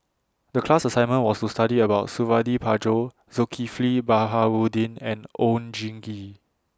The class assignment was to study about Suradi Parjo Zulkifli Baharudin and Oon Jin Gee